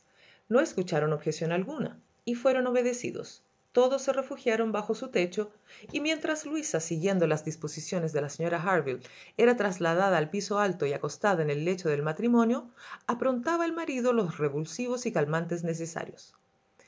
no escucharon objeción alguna y fueron obedecidos todos se refugiaron bajo su techo y mientras luisa siguiendo las disposiciones de la señora harville era trasladada al piso alto y acostada en el lecho del matrimonio aprontaba el marido los revulsivos y calmantes necesarios